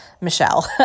Michelle